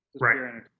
Right